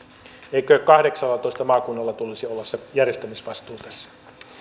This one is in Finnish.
eikö kahdeksallatoista maakunnalla tulisi olla se järjestämisvastuu tässä